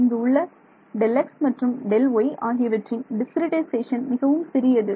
இங்கு உள்ள Δx மற்றும் Δy ஆகியவற்றின் டிஸ்கிரிட்டைசேஷன் மிகவும் சிறியது